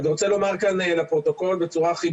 אני רוצה לומר כאן לפרוטוקול בצורה הכי